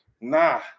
nah